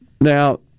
Now